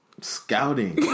Scouting